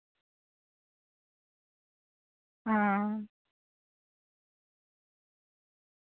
हां